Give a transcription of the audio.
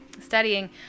studying